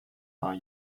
are